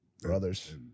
Brothers